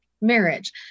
marriage